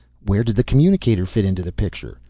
where did the communicator fit into the picture?